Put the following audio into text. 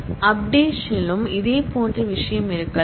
updation லும் இதே போன்ற விஷயம் இருக்கலாம்